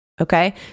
Okay